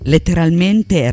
Letteralmente